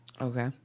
Okay